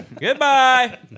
Goodbye